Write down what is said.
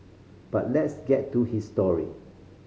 but let's get to his story